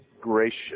gracious